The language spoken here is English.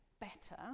better